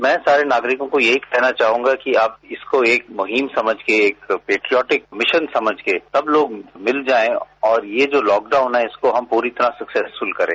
मैं सारी नागरिकों को यही कहना चाहूंगा कि आप इसको एक मुहिम समझके एक पेट्रियोटिक मिशन समझ के सब लोग मिल जाएं और ये जो लॉकडाउन है इसको हम पूरी तरह से सक्सेसफूल करें